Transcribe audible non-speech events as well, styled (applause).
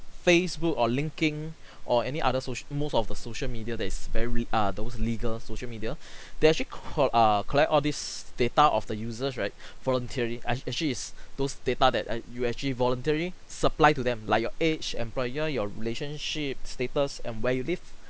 facebook or linkedin or any other soc~ most of the social media that is very err those legal social media (breath) they actually col~ err collect all this data of the users right (breath) voluntarily I actually is those data that err you actually voluntarily supply to them like your age employer your relationship status and where you live